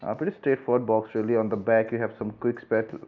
um pretty straight forward box really on the back you have some quick specs.